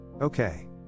okay